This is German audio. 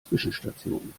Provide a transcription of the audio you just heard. zwischenstationen